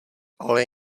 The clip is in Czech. ale